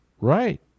Right